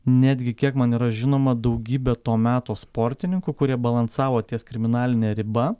netgi kiek man yra žinoma daugybė to meto sportininkų kurie balansavo ties kriminaline riba